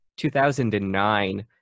2009